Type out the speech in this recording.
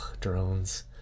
drones